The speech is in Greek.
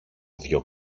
δυο